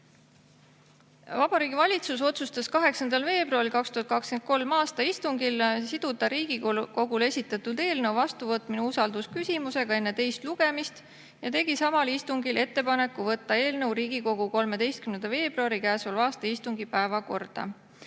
Vabariigi Valitsus otsustas 8. veebruaril 2023. aasta istungil siduda Riigikogule esitatud eelnõu vastuvõtmise usaldusküsimusega enne teist lugemist ja tegi samal istungil ettepaneku võtta eelnõu Riigikogu käesoleva aasta 13. veebruari päevakorda.